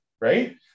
Right